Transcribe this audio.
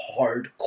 hardcore